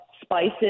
spices